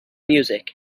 music